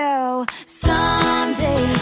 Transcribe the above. Someday